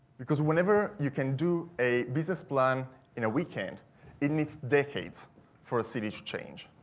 because whenever you can do a business plan in a weekend it needs decades for a city to change.